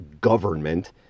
government